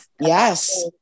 Yes